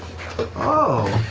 oh!